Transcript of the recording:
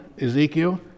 Ezekiel